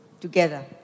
together